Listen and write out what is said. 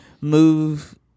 move